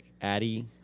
Addie